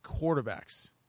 quarterbacks